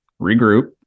regroup